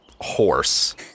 horse